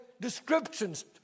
descriptions